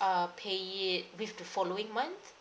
uh pay it with the following month